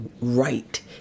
right